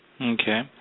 Okay